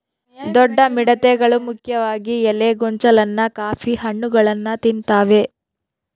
ದೊಡ್ಡ ಮಿಡತೆಗಳು ಮುಖ್ಯವಾಗಿ ಎಲೆ ಗೊಂಚಲನ್ನ ಕಾಫಿ ಹಣ್ಣುಗಳನ್ನ ತಿಂತಾವೆ